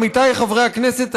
עמיתיי חברי הכנסת,